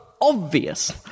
obvious